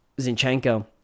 Zinchenko